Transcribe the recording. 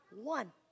one